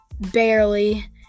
barely